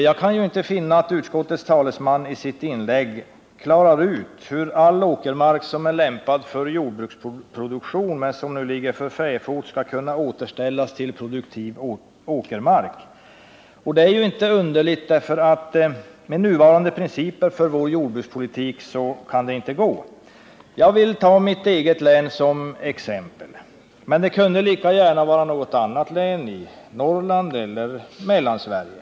Jag kan inte finna att utskottets talesman i sitt inlägg klarat ut hur all åkermark som är lämpad för jordbruksproduktion men som nu ligger för fäfot skall kunna återställas till produktiv åkermark. Och det är ju inte underligt — för med nuvarande principer för vår jordbrukspolitik går det inte. Som exempel på detta vill jag ta mitt eget län, men det kunde lika gärna vara något annat län i Norrland eller Mellansverige.